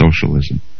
socialism